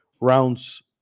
rounds